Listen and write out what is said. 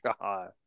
God